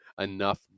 enough